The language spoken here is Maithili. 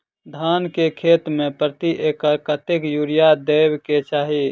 धान केँ खेती मे प्रति एकड़ कतेक यूरिया देब केँ चाहि?